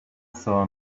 saw